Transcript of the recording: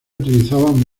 utilizaban